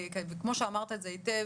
כמו שאמרת את זה היטב,